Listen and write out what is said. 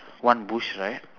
one bush right